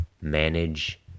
manage